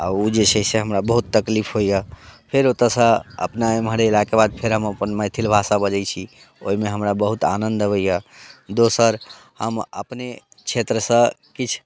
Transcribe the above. आ ओ जे छै से हमरा बहुत तकलीफ होइए फेर ओतयसँ अपना एम्हर एलाके बाद फेर हम अपन मैथिल भाषा बजैत छी ओहिमे हमरा बहुत आनन्द अबैए दोसर हम अपने क्षेत्रसँ किछु